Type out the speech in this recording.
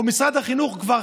או משרד החינוך,